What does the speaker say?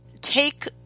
take